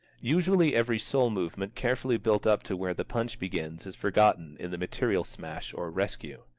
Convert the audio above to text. usually every soul movement carefully built up to where the punch begins is forgotten in the material smash or rescue.